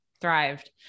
thrived